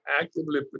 actively